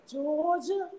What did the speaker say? Georgia